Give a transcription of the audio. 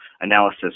analysis